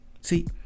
See